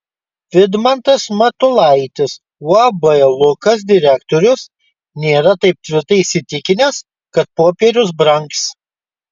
vidmantas matulaitis uab lukas direktorius nėra taip tvirtai įsitikinęs kad popierius brangs